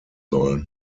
sollen